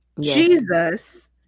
Jesus